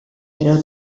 però